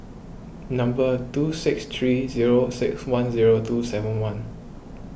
number two six three zero six one zero two seven one